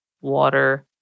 water